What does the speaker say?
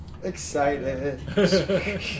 Excited